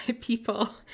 people